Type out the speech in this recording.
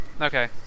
okay